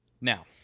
Now